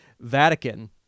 Vatican